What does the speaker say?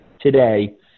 today